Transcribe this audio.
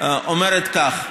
והיא אומרת כך: